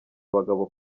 abagabo